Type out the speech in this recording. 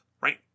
Right